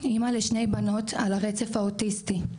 אמא לשני בנות על הרצף האוטיסטי,